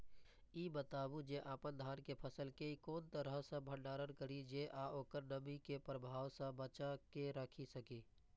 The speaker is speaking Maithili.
ई बताऊ जे अपन धान के फसल केय कोन तरह सं भंडारण करि जेय सं ओकरा नमी के प्रभाव सं बचा कय राखि सकी?